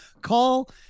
call